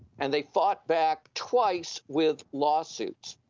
and they fought back twice with lawsuits.